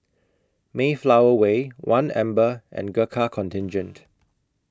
Mayflower Way one Amber and Gurkha Contingent